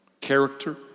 character